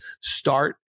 start